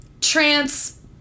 trance